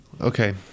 Okay